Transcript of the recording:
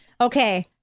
Okay